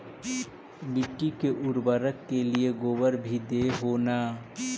मिट्टी के उर्बरक के लिये गोबर भी दे हो न?